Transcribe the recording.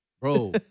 bro